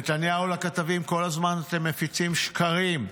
נתניהו לכתבים: כל הזמן אתם מפיצים שקרים.